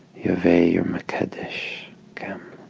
yhvh your m'kaddesh camp.